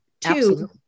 Two